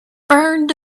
burned